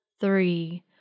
three